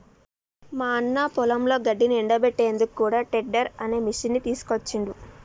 మా అన్న పొలంలో గడ్డిని ఎండపెట్టేందుకు కూడా టెడ్డర్ అనే మిషిని తీసుకొచ్చిండ్రు